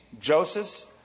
Joseph